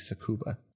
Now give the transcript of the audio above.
Sakuba